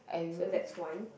so that's one